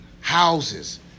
houses